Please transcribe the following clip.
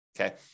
okay